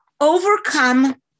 overcome